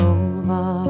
over